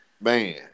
Man